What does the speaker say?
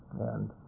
and